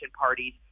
parties